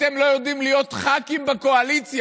אתם לא יודעים להיות ח"כים בקואליציה,